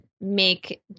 make